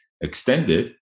extended